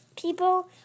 people